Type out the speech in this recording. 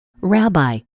Rabbi